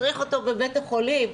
צריך אותו בבית החולים.